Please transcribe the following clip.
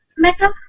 mr.